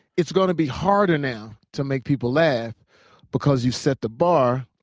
it's gonna be harder now to make people laugh because you set the bar.